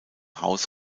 house